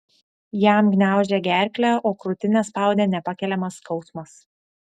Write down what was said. jam gniaužė gerklę o krūtinę spaudė nepakeliamas skausmas